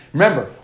Remember